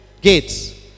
gates